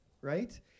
right